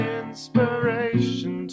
inspiration